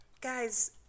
Guys